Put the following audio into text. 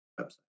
website